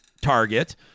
Target